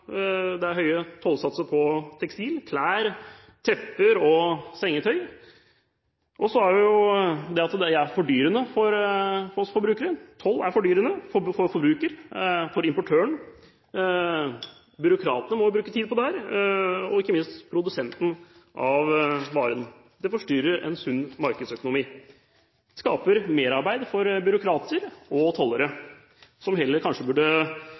høye tollsatser på tekstiler – klær, tepper og sengetøy. Det er fordyrende for oss forbrukere. Toll er fordyrende for forbruker, for importøren, byråkratene må bruke tid på dette og ikke minst produsenten av varen. Det forstyrrer en sunn markedsøkonomi og skaper merarbeid for byråkrater og tollere, som heller burde